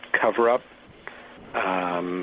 cover-up